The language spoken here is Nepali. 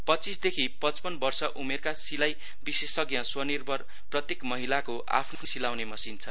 पञ्चीसदेखि पचपन वर्ष उमेरका सिलाई विशेषज्ञ स्वनिर्भर प्रत्येक महिलाको आफ्नै सिलाउने मसिन छ